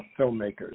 filmmakers